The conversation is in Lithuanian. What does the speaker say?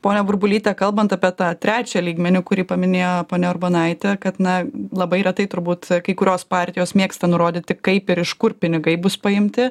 pone burbulyte kalbant apie tą trečią lygmenį kurį paminėjo ponia urbonaitė kad na labai retai turbūt kai kurios partijos mėgsta nurodyti kaip ir iš kur pinigai bus paimti